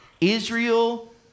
Israel